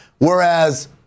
Whereas